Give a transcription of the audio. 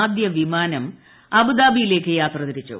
ആദ്യ വിമാനം അബുദാബിയിലേക്ക് യാത്ര തിരിച്ചു